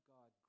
God